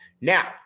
Now